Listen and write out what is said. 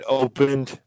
opened